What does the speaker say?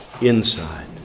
inside